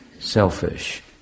selfish